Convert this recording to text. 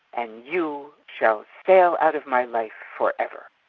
and you shall sail out of my life forever.